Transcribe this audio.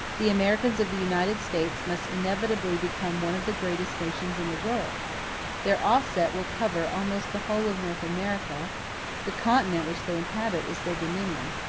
the americans of the united states must inevitably become one of the greatest nations in the world their offset will cover almost the whole of north america the continent which they inhabit is their dominion,